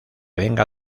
venga